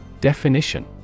Definition